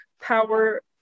power